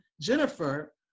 Jennifer